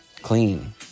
Clean